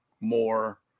more